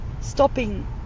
stopping